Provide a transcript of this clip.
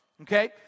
okay